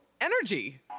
energy